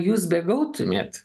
jūs begautumėt